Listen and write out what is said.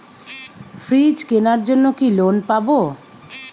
Fridge কেনার জন্য কি লোন পাব?